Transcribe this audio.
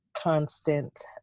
constant